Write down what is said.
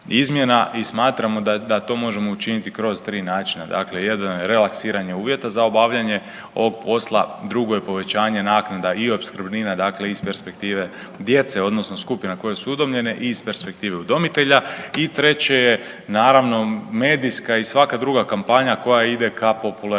i smatramo da to možemo učiniti kroz 3 načina, dakle, jedan je relaksiranje uvjeta za obavljanje ovog posla, drugo je povećanje naknada i opskrbnina dakle iz perspektive djece odnosno skupina koje su udomljene i iz perspektive udomitelja i treće je naravno, medijska i svaka druga kampanja koja ide ka popularizaciji